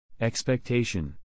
Expectation